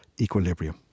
equilibrium